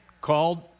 called